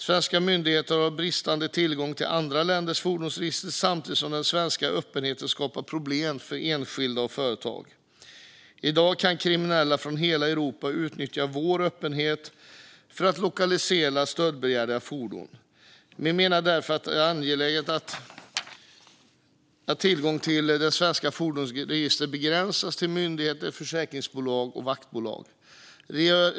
Svenska myndigheter har bristande tillgång till andra länders fordonsregister samtidigt som den svenska öppenheten skapar problem för enskilda och för företag. I dag kan kriminella från hela Europa utnyttja vår öppenhet för att lokalisera stöldbegärliga fordon. Vi kristdemokrater menar att det är angeläget att tillgången till det svenska fordonsregistret begränsas till myndigheter, försäkringsbolag och vaktbolag.